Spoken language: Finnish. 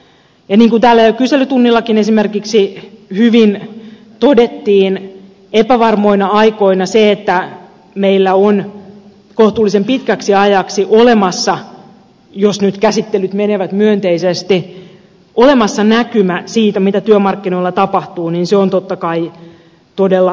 ja niin kuin täällä jo kyselytunnillakin esimerkiksi hyvin todettiin epävarmoina aikoina se että meillä on kohtuullisen pitkäksi ajaksi jos nyt käsittelyt menevät myönteisesti olemassa näkymä siitä mitä työmarkkinoilla tapahtuu niin se on totta kai todella hyvä asia